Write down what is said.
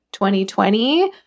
2020